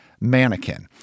mannequin